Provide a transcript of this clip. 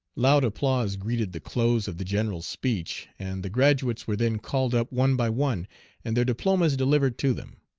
loud applause greeted the close of the general's speech, and the graduates were then called up one by one and their diplomas delivered to them.